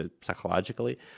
psychologically